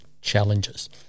challenges